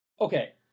Okay